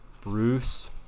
Bruce